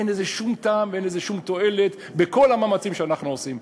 אין לזה שום טעם ואין שום תועלת בכל המאמצים שאנחנו עושים.